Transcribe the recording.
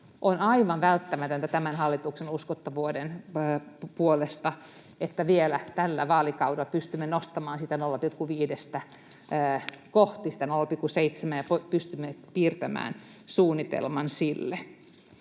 On aivan välttämätöntä tämän hallituksen uskottavuuden puolesta, että vielä tällä vaalikaudella pystymme nostamaan sitä 0,5:stä kohti sitä 0,7:ää ja pystymme piirtämään suunnitelman sille.